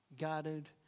guarded